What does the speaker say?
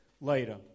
later